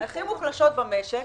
מוחלשות במשק,